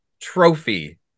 trophy